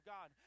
God